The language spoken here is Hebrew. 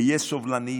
הֱיֵה סובלני,